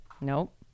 Nope